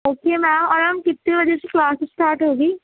okay ma'am اور ہم کتنے بجے سے کلاس اسٹارٹ ہوگی